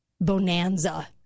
bonanza